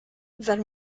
then